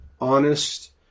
honest